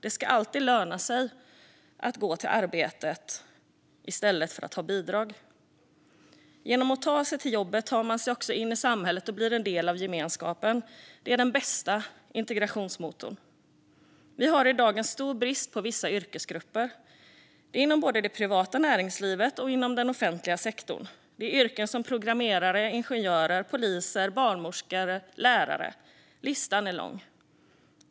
Det ska alltid löna sig att gå till ett arbete i stället för att ha bidrag. Genom att ta sig till jobbet tar man sig också in i samhället och blir en del av gemenskapen. Det är den bästa integrationsmotorn. Vi har i dag en stor brist på vissa yrkesgrupper. Det är inom både det privata näringslivet och inom den offentliga sektorn. Det är yrken som programmerare, ingenjörer, poliser, barnmorskor, lärare och så vidare. Listan är lång.